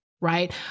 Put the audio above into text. Right